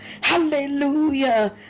Hallelujah